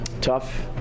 Tough